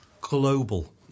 global